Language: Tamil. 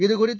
இதுகுறித்து